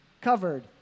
covered